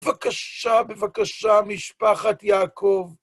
בבקשה, בבקשה, משפחת יעקב!